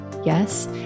Yes